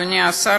אדוני השר,